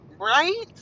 Right